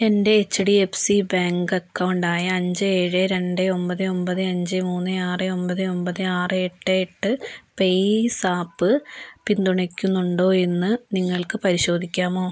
എൻ്റെ H D F C bank account ആയ അഞ്ച് ഏഴ് രണ്ട് ഒമ്പത് ഒമ്പത് അഞ്ചെ മൂന്ന് ആറ് ഒമ്പത് ഒമ്പത് ആറ് എട്ട് എട്ട് പേയ്സാപ്പ് പിന്തുണയ്ക്കുന്നുണ്ടോ എന്ന് നിങ്ങൾക്ക് പരിശോധിക്കാമോ